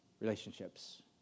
relationships